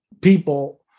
people